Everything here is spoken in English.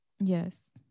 Yes